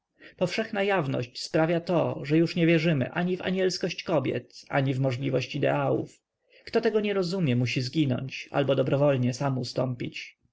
powszechna jawność sprawia to że już nie wierzymy ani w anielskość kobiet ani w możliwość ideałów kto tego nie rozumie musi zginąć albo dobrowolnie sam ustąpić